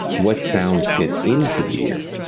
what sounds get into the ear,